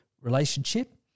relationship